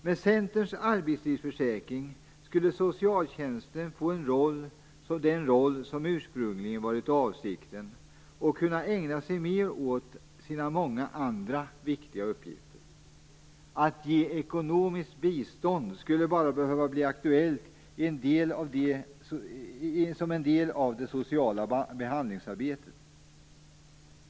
Med Centerns arbetslivsförsäkring skulle socialtjänsten få den roll som ursprungligen varit avsikten och kunna ägna sig mer åt sina många andra viktiga uppgifter. Att ge ekonomiskt bistånd skulle bara behöva bli aktuellt som en del av ett socialt behandlingsarbete.